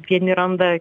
vieni randa